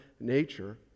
nature